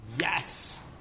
Yes